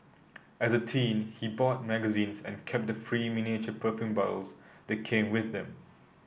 as a teen he bought magazines and kept the free miniature perfume bottles that came with them